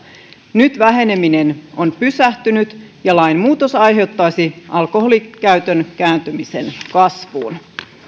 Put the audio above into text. nyt väheneminen on pysähtynyt ja lainmuutos aiheuttaisi alkoholinkäytön kääntymisen kasvuun